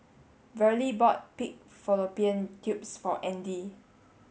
Verlie bought pig Fallopian tubes for Audy